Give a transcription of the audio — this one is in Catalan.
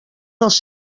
dels